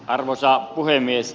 arvoisa puhemies